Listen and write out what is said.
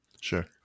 Sure